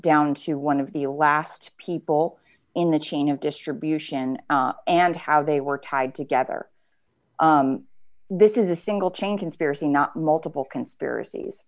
down to one of the last people in the chain of distribution and how they were tied together this is a single chain conspiracy not multiple conspiracies